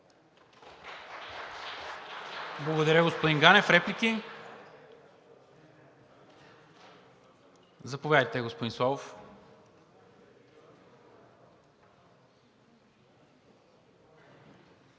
Благодаря, господин Ганев. Реплики? Заповядайте, господин Славов.